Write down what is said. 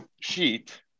sheet